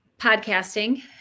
podcasting